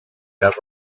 cup